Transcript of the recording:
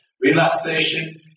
Relaxation